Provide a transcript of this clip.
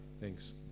Thanks